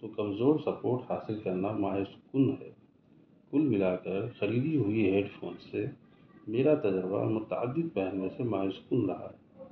تو کمزور سپورٹ حاصل کرنا مایوس کن ہے کل ملا کر خریدی ہوئی ہیڈ فونس سے میرا تجربہ متعدد پیمانے پر مایوس کن رہا